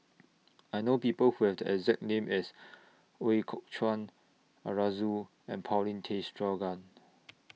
I know People Who Have The exact name as Ooi Kok Chuen Arasu and Paulin Tay Straughan